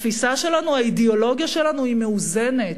התפיסה שלנו, האידיאולוגיה שלנו היא מאוזנת,